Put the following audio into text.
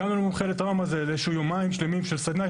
הגענו למומחה לטראומה ליומיים שלמים של סדנה.